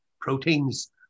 proteins